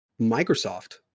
microsoft